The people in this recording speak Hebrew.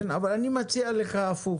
אני מציע לך הפוך.